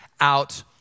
out